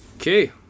okay